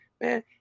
Man